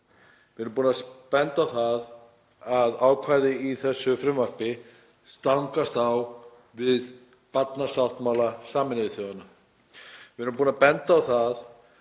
Við erum búin að benda á það að ákvæði í þessu frumvarpi stangast á við barnasáttmála Sameinuðu þjóðanna. Við erum búin að benda á það